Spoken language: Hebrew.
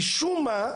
משום מה,